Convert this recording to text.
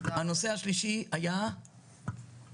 הנושא השלישי, נכי עבודה.